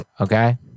Okay